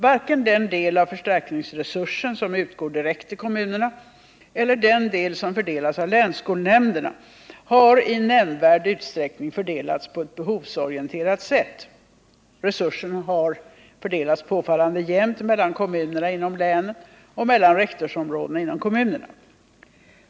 Varken den del av förstärkningsresursen som utgår direkt till kommunerna eller den del som fördelas av länsskolnämnderna har i nämnvärd utsträckning fördelats på ett behovsorienterat sätt — resursen har fördelats påfallande jämnt mellan kommunerna inom länen och mellan rektorsområdena inom kommunerna.